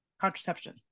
contraception